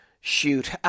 shoot